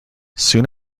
soon